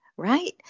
Right